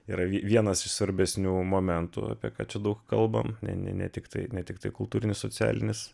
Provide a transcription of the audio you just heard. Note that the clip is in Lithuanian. yra vie vienas iš svarbesnių momentų apie ką čia daug kalbam ne ne tiktai ne tiktai kultūrinis socialinis